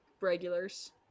regulars